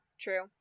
True